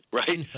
right